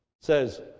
Says